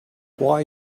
why